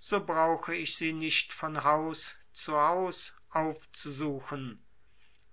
so brauche ich sie nicht von haus zu haus aufzusuchen